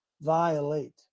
Violate